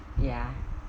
ya